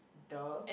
the